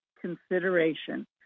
consideration